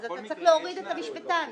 ואז צריך להוריד את המשפטן